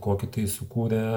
kokį tai sukūrė